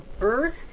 earth